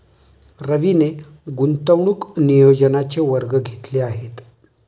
रवीने गुंतवणूक नियोजनाचे वर्ग घेतले आहेत